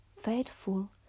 faithful